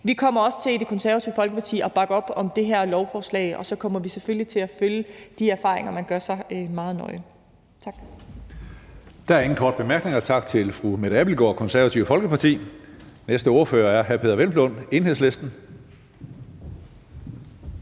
Vi kommer også til i Det Konservative Folkeparti at bakke op om det her lovforslag, og så kommer vi selvfølgelig til at følge de erfaringer, man gør sig, meget nøje. Tak. Kl. 14:39 Tredje næstformand (Karsten Hønge): Der er ingen korte bemærkninger. Tak til fru Mette Abildgaard fra Det Konservative Folkeparti. Den næste ordfører er hr. Peder Hvelplund, Enhedslisten.